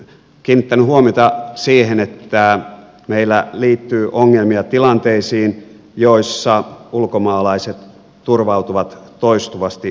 kiinnittänyt huomiota siihen että meillä liittyy ongelmia tilanteisiin joissa ulkomaalaiset turvautuvat toistuvasti toimeentulotukeen